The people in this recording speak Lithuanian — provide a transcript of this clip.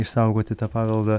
išsaugoti tą paveldą